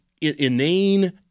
inane